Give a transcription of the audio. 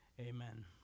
amen